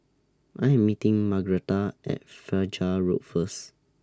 I Am meeting Margretta At Fajar Road First